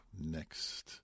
next